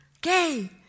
Gay